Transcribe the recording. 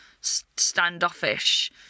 standoffish